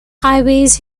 highways